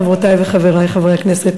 חברותי וחברי חברי הכנסת,